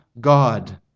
God